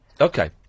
Okay